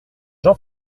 jean